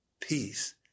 peace